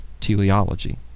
teleology